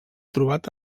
trobat